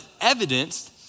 evidenced